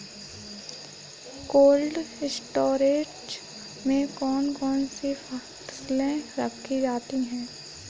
Cold storage में कौन कौन सी फसलें रखी जाती हैं?